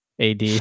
AD